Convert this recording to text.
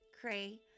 Cray